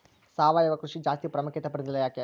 ಸಾವಯವ ಕೃಷಿ ಜಾಸ್ತಿ ಪ್ರಾಮುಖ್ಯತೆ ಪಡೆದಿಲ್ಲ ಯಾಕೆ?